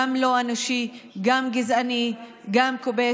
גם לא אנושי, גם גזעני, גם כובש?